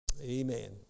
Amen